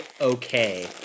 okay